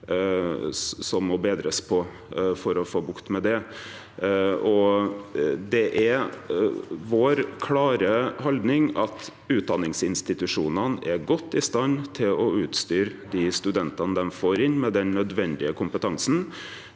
som må betrast for å få bukt med det. Det er vår klare haldning at utdanningsinstitusjonane er godt i stand til å utstyre dei studentane dei får inn, med den nødvendige kompetansen.